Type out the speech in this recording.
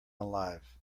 alive